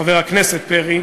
חבר הכנסת פרי,